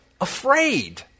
Afraid